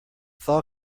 thaw